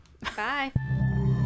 Bye